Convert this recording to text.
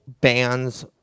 bands